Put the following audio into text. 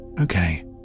okay